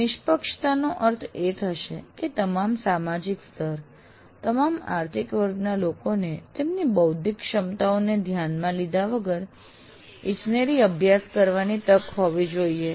નિષ્પક્ષતાનો અર્થ એ થશે કે તમામ સામાજિક સ્તર તમામ આર્થિક વર્ગના લોકોને તેમની બૌદ્ધિક ક્ષમતાઓને ધ્યાનમાં લીધા વગર ઇજનેરી અભ્યાસ કરવાની તક હોવી જોઈએ